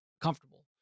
comfortable